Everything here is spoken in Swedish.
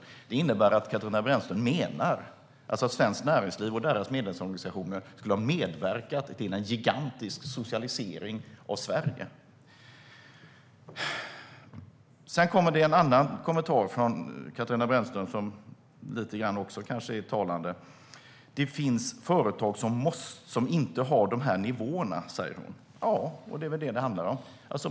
Detta innebär att Katarina Brännström menar att Svenskt Näringsliv och deras medlemsorganisationer skulle ha medverkat till en gigantisk socialisering av Sverige. En annan kommentar från Katarina Brännström är kanske också talande. Det finns företag som inte har de här nivåerna, säger hon. Ja, det är väl det som det handlar om.